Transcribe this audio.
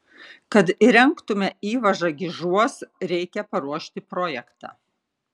kad įrengtume įvažą gižuos reikia paruošti projektą